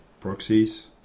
proxies